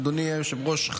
אדוני היושב-ראש,